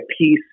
piece